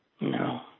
no